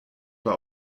aber